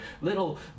little